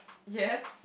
yes